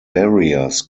barriers